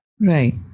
Right